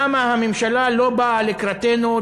למה הממשלה לא באה לקראתנו,